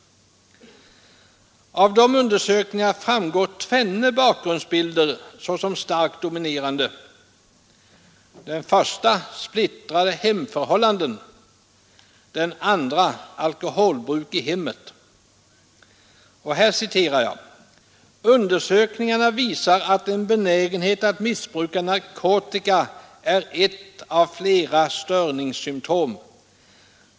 Av dessa undersökningar framgår tvenne bakgrundsbilder såsom starkt dominerande — den första är splittrade hemförhållanden och den andra alkoholbruk i hemmet. ”Undersökningarna visar att en benägenhet att missbruka narkotika är ett av flera störningssymtom.